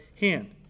hand